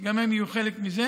שגם הן יהיו חלק מזה.